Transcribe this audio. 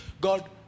God